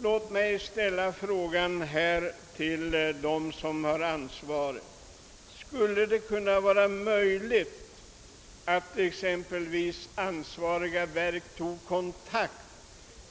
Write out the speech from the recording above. Låt mig ställa en fråga till dem som har ansvaret för personalrekryteringen: Skulle det inte vara möjligt att ansvariga inom verket tog kontakt